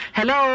Hello